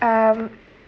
um